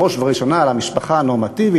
בראש ובראשונה על המשפחה הנורמטיבית,